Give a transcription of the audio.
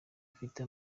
afite